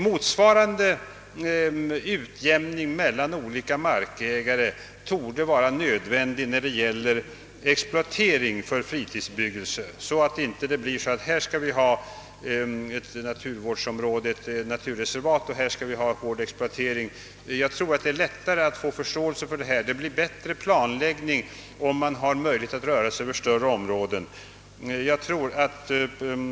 Motsvarande utjämning mellan olika markägare torde vara nödvändig när det gäller exploatering för fritidsbebyggelse så att man inte bara säger: Här skall vi ha ett naturreservat, och här skall vi ha exploatering. Jag tror att det blir bättre förståelse och bättre planläggning om man har möjlighet att röra sig över större områden.